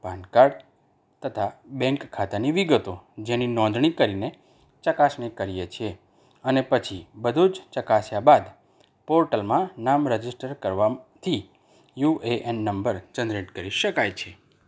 PAN card તથા bank ખાતાની વિગતો જેની નોંધણી કરીને ચકાસણી કરીએ છીએ અને પછી બધું જ ચકાસ્યા બાદ પોર્ટલમાં નામ રજીસ્ટર કરવાથી U A N number generate કરી શકાય છે